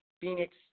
Phoenix